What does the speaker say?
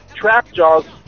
Trapjaw's